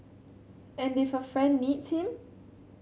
and if a friend needs him